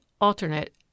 alternate